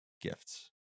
gifts